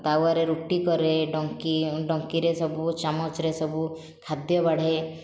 ତାୱାରେ ରୁଟି କରେ ଡଙ୍କି ଡଙ୍କିରେ ସବୁ ଚାମଚରେ ସବୁ ଖାଦ୍ୟ ବାଢ଼େ